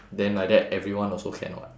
then like that everyone also can [what]